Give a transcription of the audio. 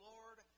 Lord